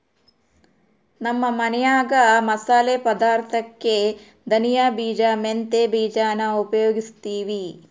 ನಮ್ಮ ಮನ್ಯಾಗ ಮಸಾಲೆ ಪದಾರ್ಥುಕ್ಕೆ ಧನಿಯ ಬೀಜ, ಮೆಂತ್ಯ ಬೀಜಾನ ಉಪಯೋಗಿಸ್ತೀವಿ